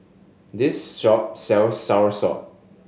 this shop sells soursop